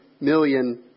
million